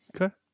Okay